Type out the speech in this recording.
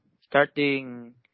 starting